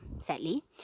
sadly